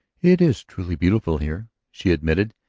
it is truly beautiful here, she admitted,